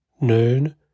noon